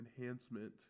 enhancement